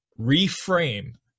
Reframe